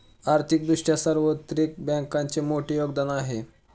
आर्थिक दृष्ट्या सार्वत्रिक बँकांचे मोठे योगदान आहे